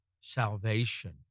salvation